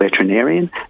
veterinarian